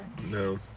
No